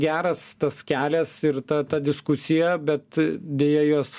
geras tas kelias ir ta ta diskusija bet deja jos